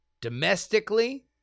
domestically